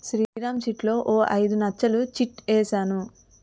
శ్రీరామ్ చిట్లో ఓ ఐదు నచ్చలు చిట్ ఏసాను